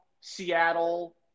Seattle